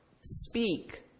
speak